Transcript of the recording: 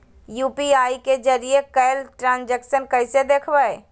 UPI के जरिए कैल ट्रांजेक्शन कैसे देखबै?